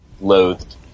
loathed